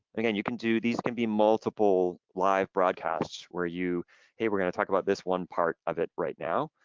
again, you can do these it can be multiple live broadcasts where you hey, we're gonna talk about this one part of it right now,